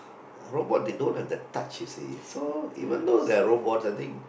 robot they don't have the touch you see so even though they are robot I think